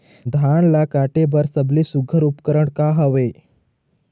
धान ला काटे बर सबले सुघ्घर उपकरण का हवए?